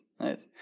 nice